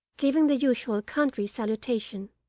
giving the usual country salutation.